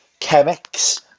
chemics